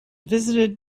visited